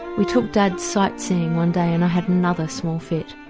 we took dad sightseeing one day and i had another small fit.